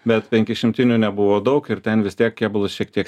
bet penkišimtinių nebuvo daug ir ten vis tiek kėbulas šiek tiek